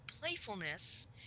playfulness